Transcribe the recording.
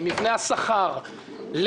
למבנה השכר,